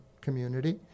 community